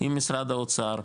עם משרד האוצר,